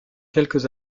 quelques